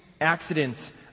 accidents